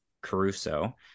Caruso